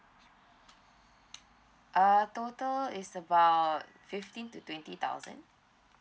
uh total is about fifteen to twenty thousand